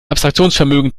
abstraktionsvermögen